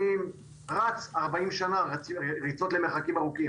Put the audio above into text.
אני רץ 40 שנה ריצות למרחקים ארוכים